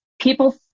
people